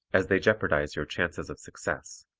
as they jeopardize your chances of success.